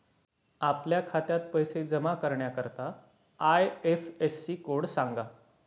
आपल्या खात्यात पैसे जमा करण्याकरता आय.एफ.एस.सी कोड सांगा